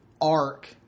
arc